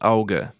Auge